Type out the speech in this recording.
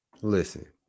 Listen